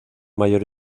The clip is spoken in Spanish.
mayor